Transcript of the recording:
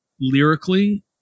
lyrically